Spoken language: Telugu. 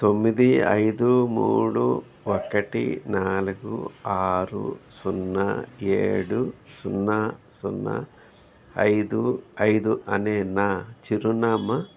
తొమ్మిది ఐదు మూడు ఒకటి నాలుగు ఆరు సున్నా ఏడు సున్నా సున్నా ఐదు ఐదు అనే నా చిరునామా